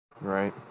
Right